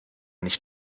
nicht